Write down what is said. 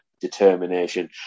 determination